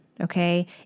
Okay